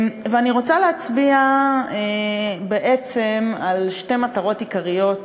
אני רוצה להצביע בעצם על שתי מטרות עיקריות